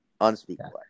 Unspeakable